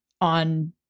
on